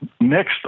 next